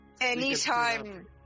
anytime